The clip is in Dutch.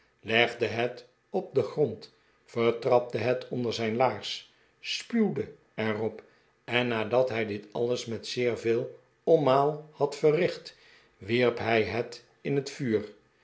legde het op den grond vertrapte het onder zijn laars spuwde er op en nadat hij dit alles met zeer veel omhaal had verricht wierp hij het in het vuur